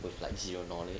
with like zero knowledge